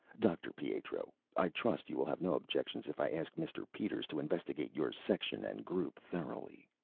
dr. pietro, i trust you will have no objections if i ask mr. peters to investigate your section and group thoroughly?